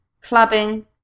clubbing